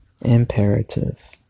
imperative